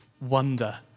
wonder